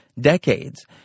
decades